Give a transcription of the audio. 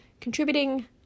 contributing